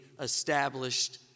established